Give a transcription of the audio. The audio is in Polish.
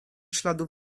śladów